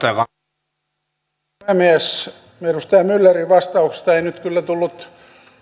herra puhemies edustaja myllerin vastauksesta ei nyt kyllä tullut